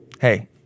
hey